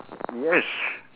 yes